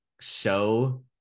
show